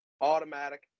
automatic